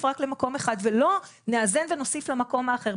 רק למקום אחד ולא נאזן ונוסיף למקום האחר,